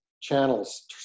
channels